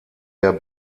der